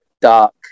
dark